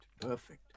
perfect